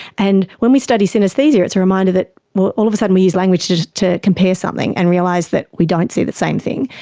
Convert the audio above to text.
and when we study synaesthesia it's a reminder that all of a sudden we use language to compare something and realise that we don't see the same thing.